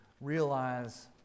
realize